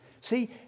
See